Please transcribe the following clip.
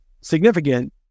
significant